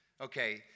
okay